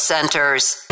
Centers